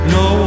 no